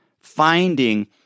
finding